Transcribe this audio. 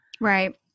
Right